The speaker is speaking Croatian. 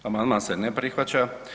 Amandman se ne prihvaća.